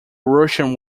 russian